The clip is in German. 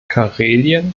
karelien